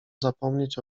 zapomnieć